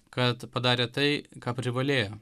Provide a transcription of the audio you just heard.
kad padarė tai ką privalėjo